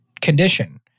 condition